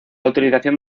utilización